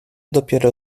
dopiero